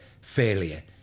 failure